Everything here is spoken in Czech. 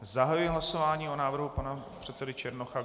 Zahajuji hlasování o návrhu pana předsedy Černocha.